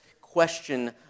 question